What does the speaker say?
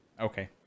Okay